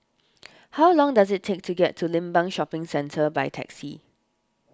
how long does it take to get to Limbang Shopping Centre by taxi